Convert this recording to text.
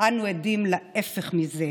אנחנו עדים להפך מזה.